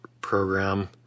program